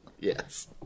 Yes